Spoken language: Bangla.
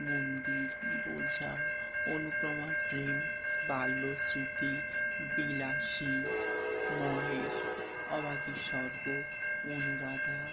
মন্দির বোঝা অনুপ্রমা প্রেম বাল্য স্মৃতি বিলাসী মহেশ অভাগীর স্বর্গ অনুরাধা